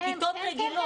בכיתות רגילות.